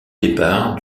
départ